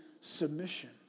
submission